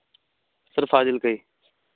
sir Fazilka ਜੀ